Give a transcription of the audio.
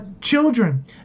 children